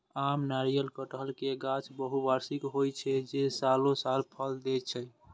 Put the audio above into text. आम, नारियल, कहटर के गाछ बहुवार्षिक होइ छै, जे सालों साल फल दै छै